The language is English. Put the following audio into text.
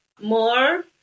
more